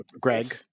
Greg